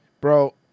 Bro